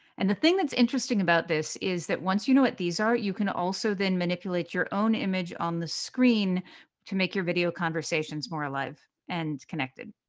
and the thing that's interesting about this is that once you know what these are, you can also then manipulate your own image on the screen to make your video conversations more alive and connected.